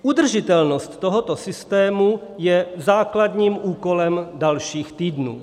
Udržitelnost tohoto systému je základním úkolem dalších týdnů.